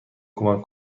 کمک